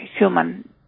human